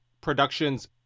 productions